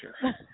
sure